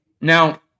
Now